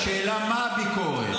השאלה היא מה הביקורת.